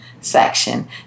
section